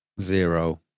zero